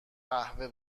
قهوه